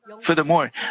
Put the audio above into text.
Furthermore